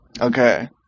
Okay